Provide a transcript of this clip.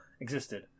existed